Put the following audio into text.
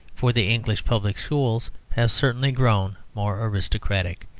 for the english public schools have certainly grown more aristocratic